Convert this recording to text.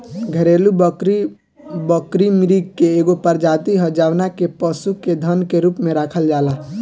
घरेलु बकरी, बकरी मृग के एगो प्रजाति ह जवना के पशु के धन के रूप में राखल जाला